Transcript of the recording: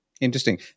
Interesting